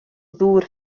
ddŵr